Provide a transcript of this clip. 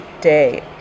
day